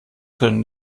können